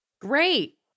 Great